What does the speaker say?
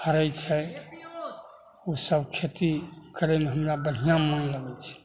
फड़ै छै ओ सभ खेती करैमे हमरा बढ़िआँ मोन लगै छै